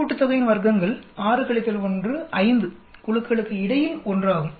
மொத்த கூட்டுத்தொகையின் வர்க்கங்கள் 6 1 5 குழுக்களுக்கு இடையில் 1 ஆகும்